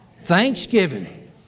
Thanksgiving